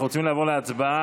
אנחנו רוצים לעבור להצבעה.